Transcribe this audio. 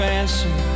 answer